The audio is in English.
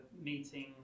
meetings